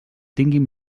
tinguin